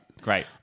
Great